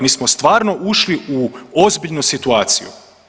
Mi smo stvarno ušli u ozbiljnu situaciju.